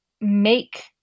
make